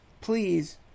please